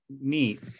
Neat